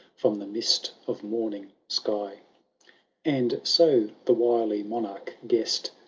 from the mist of morning sky and so the wily monarch guessed,